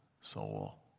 soul